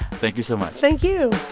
thank you so much thank you